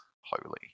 holy